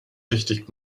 richtig